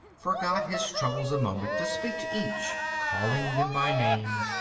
forgot his troubles a moment to speak to each, calling them by name.